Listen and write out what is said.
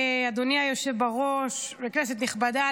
אדוני היושב בראש וכנסת נכבדה,